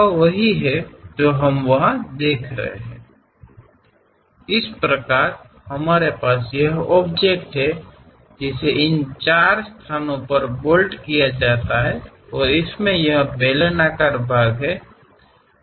ಅಂತೆಯೇ ನಾವು ಈ ವಸ್ತುವನ್ನು ಹೊಂದಿದ್ದೇವೆ ಅದನ್ನು ಈ ನಾಲ್ಕು ಸ್ಥಳಗಳಲ್ಲಿ ಬೋಲ್ಟ್ ಮಾಡಬಹುದು ಮತ್ತು ಇದು ಈ ಸಿಲಿಂಡರಾಕಾರದ ಭಾಗವನ್ನು ಹೊಂದಿದೆ